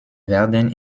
werden